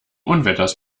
unwetters